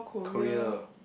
Korea